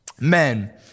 men